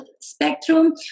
spectrum